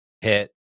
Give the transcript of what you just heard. hit